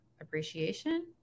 appreciation